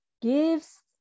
gives